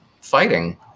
fighting